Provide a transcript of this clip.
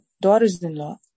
daughters-in-law